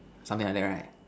something like that right